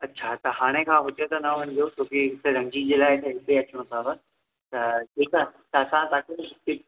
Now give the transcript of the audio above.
हा त हाणे खां हूते न वञिजो क्यूं की हिते रणजी जे लाए हिते अचणु थव त ठीक आहे त असां तांखे